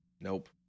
Nope